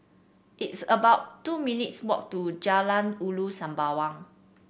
it's about two minutes' walk to Jalan Ulu Sembawang